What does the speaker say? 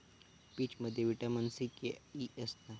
पीचमध्ये vitamin C, K आणि E असता